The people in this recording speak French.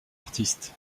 artistes